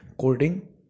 coding